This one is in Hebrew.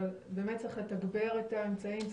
אבל צריך לתגבר את האמצעים,